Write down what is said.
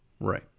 Right